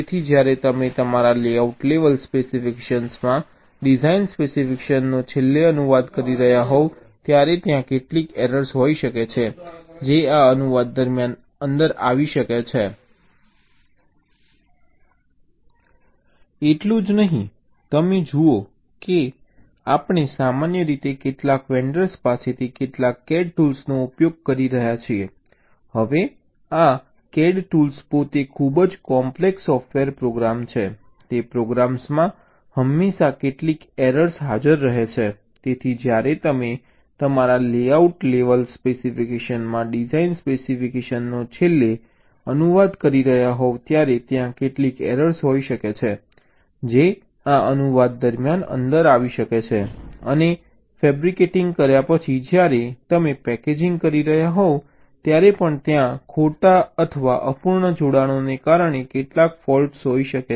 તેથી જ્યારે તમે તમારા લેઆઉટ લેવલ સ્પેસિફિકેશનમાં ડિઝાઇન સ્પેસિફિકેશનનો છેલ્લે અનુવાદ કરી રહ્યાં હોવ ત્યારે ત્યાં કેટલીક એરર્સ હોઈ શકે છે જે આ અનુવાદ દરમિયાન અંદર આવી શકે છે અને ફેબ્રિકેટિંગ કર્યા પછી જ્યારે તમે પેકેજિંગ કરી રહ્યાં હોવ ત્યારે પણ ત્યાં પણ ખોટા અથવા અપૂર્ણ જોડાણોને કારણે કેટલાક ફૉલ્ટ્સ હોઈ શકે છે